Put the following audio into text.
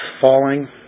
falling